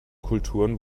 kulturen